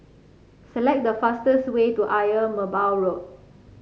select the fastest way to Ayer Merbau Road